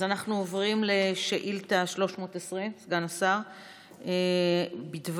אז אנחנו עוברים לשאילתה 320, בדבר